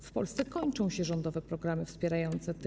W Polsce kończą się rządowe programy wspierające tych.